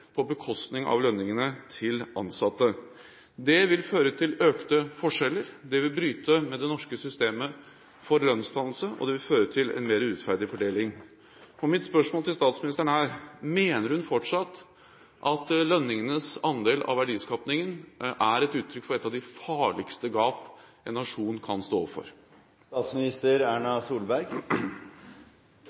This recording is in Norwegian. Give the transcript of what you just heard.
på bekostning av lønningene til ansatte. Det vil føre til økte forskjeller, det vil bryte med det norske systemet for lønnsdannelse, og det vil føre til en mer urettferdig fordeling. Mitt spørsmål til statsministeren er: Mener hun fortsatt at lønningenes andel av verdiskapingen er et uttrykk for et av de farligst gap en nasjon kan stå overfor?